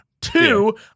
Two